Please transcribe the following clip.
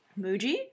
Muji